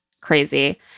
crazy